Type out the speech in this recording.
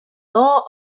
law